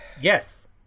Yes